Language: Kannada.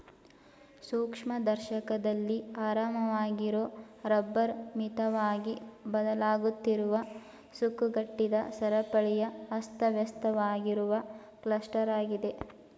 ಸೂಕ್ಷ್ಮದರ್ಶಕದಲ್ಲಿ ಆರಾಮವಾಗಿರೊ ರಬ್ಬರ್ ಮಿತವಾಗಿ ಬದಲಾಗುತ್ತಿರುವ ಸುಕ್ಕುಗಟ್ಟಿದ ಸರಪಳಿಯ ಅಸ್ತವ್ಯಸ್ತವಾಗಿರುವ ಕ್ಲಸ್ಟರಾಗಿದೆ